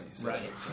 Right